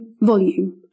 volume